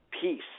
peace